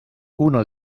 uno